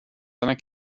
seiner